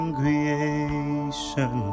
creation